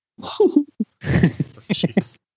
Jeez